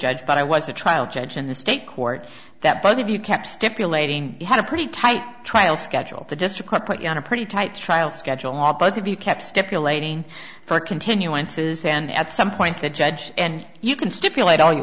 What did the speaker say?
judge but i was a trial judge in the state court that both of you kept stipulating you had a pretty tight trial schedule the district put you on a pretty tight trial schedule all but if you kept stipulating for continuances and at some point the judge and you can stipulate all you